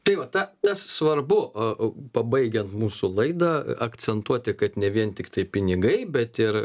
tai va ta tas svarbu a au pabaigiant mūsų laidą akcentuoti kad ne vien tiktai pinigai bet ir